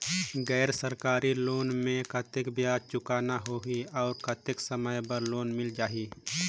गैर सरकारी लोन मे कतेक ब्याज चुकाना होही और कतेक समय बर लोन मिल जाहि?